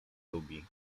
lubi